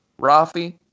Rafi